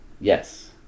Yes